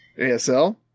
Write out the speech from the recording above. ASL